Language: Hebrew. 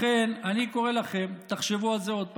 ולכן, אני קורא לכם, תחשבו על זה עוד פעם,